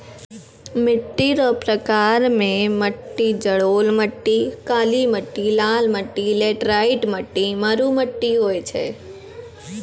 मिट्टी रो प्रकार मे मट्टी जड़ोल मट्टी, काली मट्टी, लाल मट्टी, लैटराईट मट्टी, मरु मट्टी होय छै